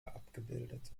abgebildet